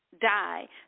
die